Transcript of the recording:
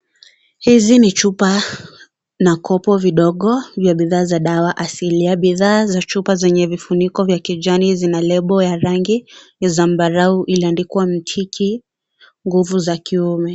Hizi ni chupa na kopo vidogo vya bidhaa za dawa asilia. Bidhaa za chupa zenye vifuniko vya kijani vina lebo ya rangi zambarau iliyoandikwa mitiki, nguvu za kiume.